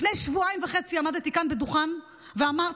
לפני שבועיים וחצי עמדתי כאן מעל הדוכן ואמרתי: